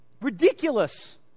Ridiculous